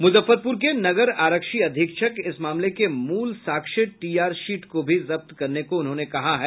मुजफ्फरपुर के नगर आरक्षी अधीक्षक इस मामले के मूल साक्ष्य टीआर शीट को भी जब्त करने को कहा है